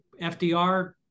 FDR